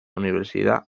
universidad